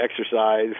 exercise